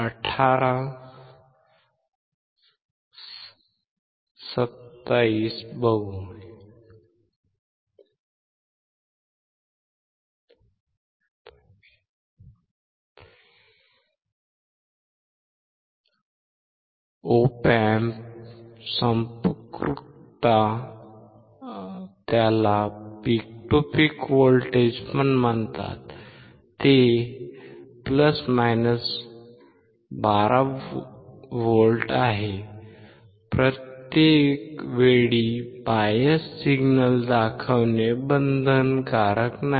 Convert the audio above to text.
Op Amp संपृक्तता voltage 12V आहे प्रत्येक वेळी बायस सिग्नल दाखवणे बंधनकारक नाही